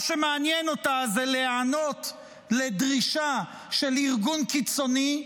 מה שמעניין אותה זה להיענות לדרישה של ארגון קיצוני,